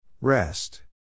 Rest